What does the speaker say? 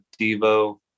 devo